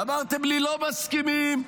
אמרתם לי: לא מסכימים.